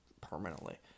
permanently